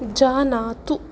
जानातु